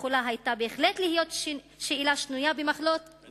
יכולה היתה בהחלט להיות שאלה שנויה במחלוקת